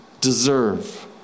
deserve